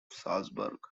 salzburg